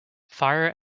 fire